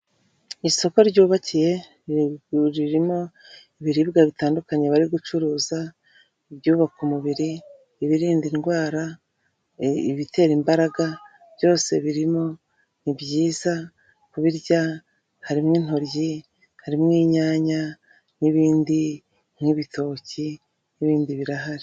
Isoko ryubakiye ririmo ibiribwa bitandukanye bari gucuruza; ibyubaka umubiri, ibirinda indwara, ibitera imbaraga, byose birimo, ni byiza kubirya; harimo intoryi, harimo inyanya n'ibindi nk'ibitoki, n'ibindi birahari